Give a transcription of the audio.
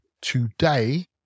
today